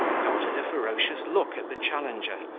darted a ferocious look at the challenger,